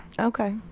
Okay